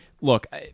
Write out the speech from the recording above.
look